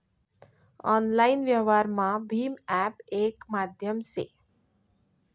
online व्यवहारमा भीम app येक माध्यम से